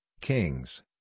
King's